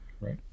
right